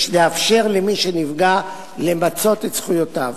יש לאפשר למי שנפגע למצות את זכויותיו.